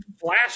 flash